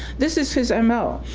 this is his m o.